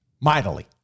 Mightily